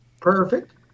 Perfect